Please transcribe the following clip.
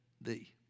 thee